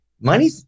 Money